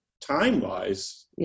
time-wise